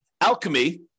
Alchemy